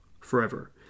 forever